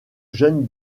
jeune